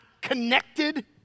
connected